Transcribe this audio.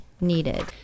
needed